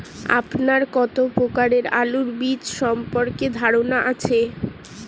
আপনার কত প্রকারের আলু বীজ সম্পর্কে ধারনা আছে?